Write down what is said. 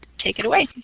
take it away.